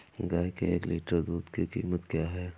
गाय के एक लीटर दूध की कीमत क्या है?